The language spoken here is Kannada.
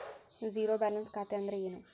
ಝೇರೋ ಬ್ಯಾಲೆನ್ಸ್ ಖಾತೆ ಅಂದ್ರೆ ಏನು?